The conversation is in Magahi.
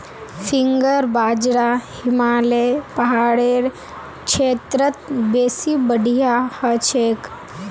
फिंगर बाजरा हिमालय पहाड़ेर क्षेत्रत बेसी बढ़िया हछेक